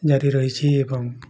ଜାରି ରହିଛି ଏବଂ